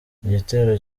igitero